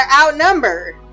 outnumbered